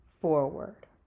forward